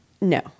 No